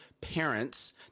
parents